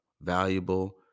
valuable